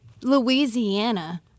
Louisiana